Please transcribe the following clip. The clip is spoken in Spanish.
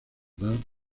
dan